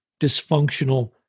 dysfunctional